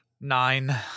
Nine